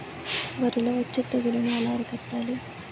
వరిలో వచ్చే తెగులని ఏలా అరికట్టాలి?